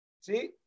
See